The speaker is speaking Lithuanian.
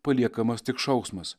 paliekamas tik šauksmas